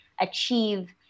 achieve